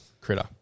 Critter